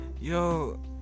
Yo